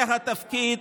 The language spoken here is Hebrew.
זה התפקיד